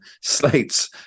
slates